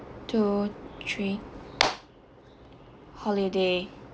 two three holiday